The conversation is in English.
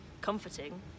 comforting